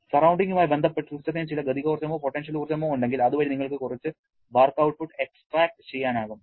സറൌണ്ടിങ്ങുമായി ബന്ധപ്പെട്ട് സിസ്റ്റത്തിന് ചില ഗതികോർജ്ജമോ പൊട്ടൻഷ്യൽ ഊർജ്ജമോ ഉണ്ടെങ്കിൽ അതുവഴി നിങ്ങൾക്ക് കുറച്ച് വർക്ക് ഔട്ട്പുട്ട് എക്സ്ട്രാക്റ്റു ചെയ്യാനാകും